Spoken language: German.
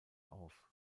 auf